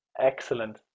Excellent